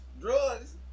drugs